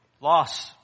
loss